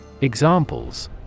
Examples